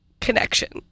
connection